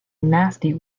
nasty